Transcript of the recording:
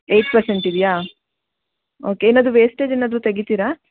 eight percent ಇದೆಯಾ okay ಏನಾದರೂ wastage ಏನಾದರೂ ತೆಗಿತೀರಾ